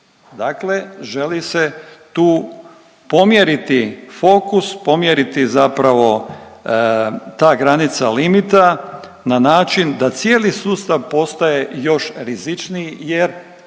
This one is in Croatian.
Dakle, želi se tu pomjeriti fokus, pomjeriti zapravo ta granica limita na način da cijeli sustav postaje još rizičniji, jer